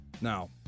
Now